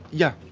yeah.